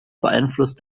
beeinflusst